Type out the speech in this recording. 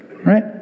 right